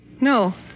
No